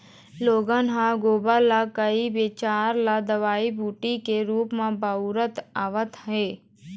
लोगन ह गोबर ल कई बच्छर ले दवई बूटी के रुप म बउरत आवत हे